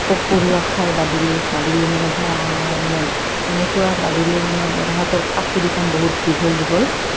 পোক পৰুৱা খাই বাদুলি বাদুলি মানে মানে এনেকুৱা বাদুলি মানে তাহঁতৰ পাখি দুখন বহুত দীঘল দীঘল